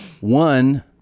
One